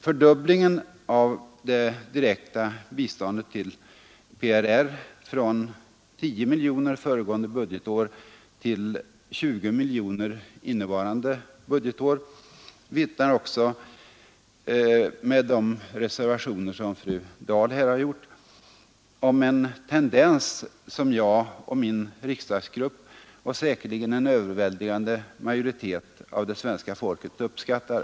Fördubblingen av det direkta biståndet till Republiken Sydvietnams provisoriska revolutionära regering — PRR — från 10 miljoner föregående budgetår till 20 miljoner innevarande budgetår vittnar också, med de reservationer som fru Dahl här har gjort, om en tendens som jag och min riksdagsgrupp och säkerligen en överväldigande majoritet av det svenska folket uppskattar.